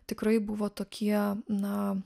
tikrai buvo tokie na